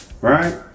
Right